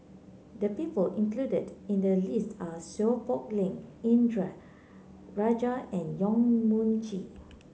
the people included in the list are Seow Poh Leng Indranee Rajah and Yong Mun Chee